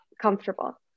comfortable